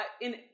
in-